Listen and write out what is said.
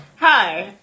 Hi